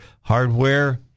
Hardware